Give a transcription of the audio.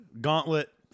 Gauntlet